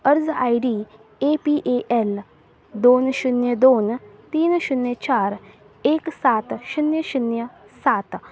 अर्ज I D A P A L दोन शुन्य दोन तीन शुन्य चार एक सात शुन्य शुन्य सात